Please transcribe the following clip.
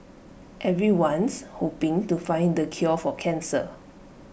everyone's hoping to find the cure for cancer